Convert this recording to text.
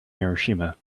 hiroshima